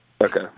Okay